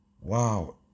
Wow